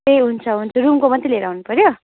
ए हुन्छ हुन्छ रुमको मात्रै लिएर आउनुपऱ्यो